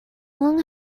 long